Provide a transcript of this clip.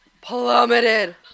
plummeted